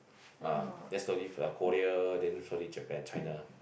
ah then slowly for a Korea then slowly Japan China